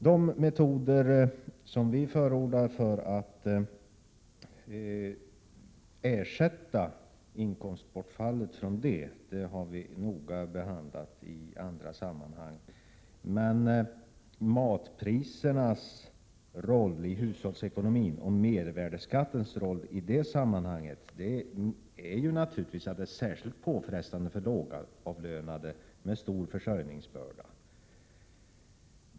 De metoder som vi förordar för att ersätta inkomstbortfallet i statskassan har vi noga behandlat i andra sammanhang, men matprisernas roll i hushållsekonomin och mervärdeskattens roll i det sammanhanget är naturligtvis den att höga matpriser är särskilt påfrestande för lågavlönade med stor försörjningsbörda.